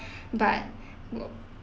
but uh